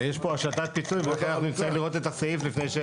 זה יש פה השתת פיצוי ועוד לא --- לראות את הסעיף לפני,